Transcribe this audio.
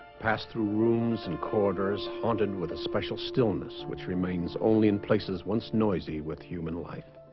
pass through rooms and corridors haunted with a special stillness which remains only in places once noisy with human life